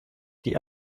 die